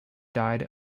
died